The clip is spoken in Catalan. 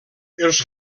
els